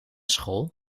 school